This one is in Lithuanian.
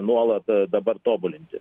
nuolat dabar tobulinti